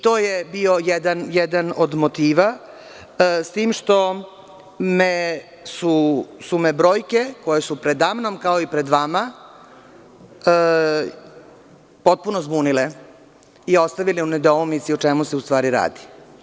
To je bio jedan od motiva, s tim što su me brojke, koje su predamnom, kao i pred vama, potpuno zbunile i ostavile u nedoumici o čemu se u stvari radi.